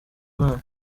imana